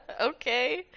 Okay